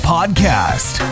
Podcast